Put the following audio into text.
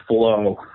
flow